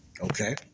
okay